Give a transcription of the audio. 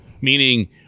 Meaning